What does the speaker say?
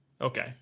okay